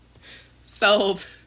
Sold